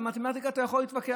על מתמטיקה אתה יכול להתווכח,